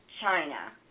China